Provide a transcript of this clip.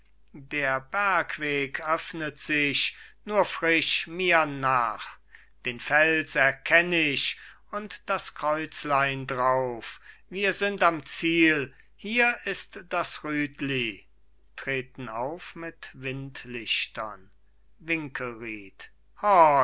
der bergweg öffnet sich nur frisch mir nach den fels erkenn ich und das kreuzlein drauf wir sind am ziel hier ist das rütli treten auf mit windlichtern